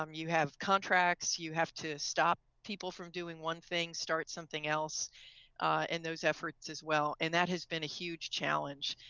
um you have contracts, you have to stop people from doing one thing, start something else in those efforts as well and that has been a huge challenge.